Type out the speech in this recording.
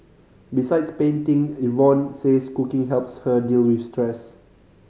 besides painting Yvonne says cooking helps her deal with stress